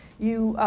you